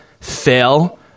fail